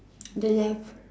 don't have